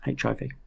HIV